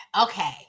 okay